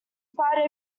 spider